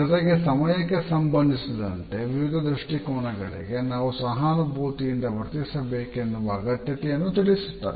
ಜೊತೆಗೆ ಸಮಯಕ್ಕೆ ಸಂಬಂಧಿಸಿದಂತೆ ವಿವಿಧ ದೃಷ್ಟಿಕೋನಗಳಿಗೆ ನಾವು ಸಹಾನುಭೂತಿಯಿಂದ ವರ್ತಿಸಬೇಕೆಂಬುವ ಅಗತ್ಯತೆಯನ್ನು ತಿಳಿಸುತ್ತದೆ